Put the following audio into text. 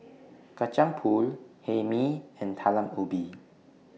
Kacang Pool Hae Mee and Talam Ubi